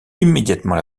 immédiatement